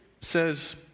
says